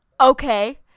Okay